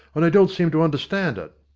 and they don't seem to understand it.